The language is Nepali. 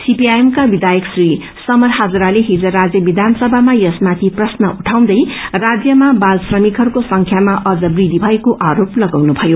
सीपीआई एम का विधायक श्री समर हाजराले डिज राज्य विधानसभामा यसमाथि प्रश्न उठाउँदै राज्यमा बाल श्रमिकहरूको संख्यामा अझ वृंखि भइरहेको आरोप लगाउनु भयो